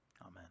Amen